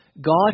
God